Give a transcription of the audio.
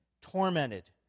tormented